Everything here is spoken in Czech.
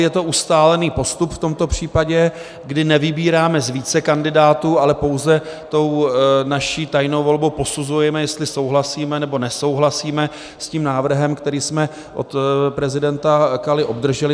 Je to ustálený postup v tomto případě, kdy nevybíráme z více kandidátů, ale pouze tou naší tajnou volbou posuzujeme, jestli souhlasíme, nebo nesouhlasíme s tím návrhem, který jsme od prezidenta Kaly obdrželi.